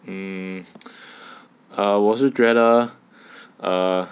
mm err 我是觉得 err